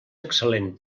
excel·lent